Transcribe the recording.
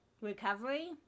recovery